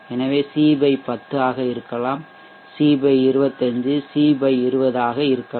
எனவே இது C 10 ஆக இருக்கலாம் C 25 C 20 ஆக இருக்கலாம்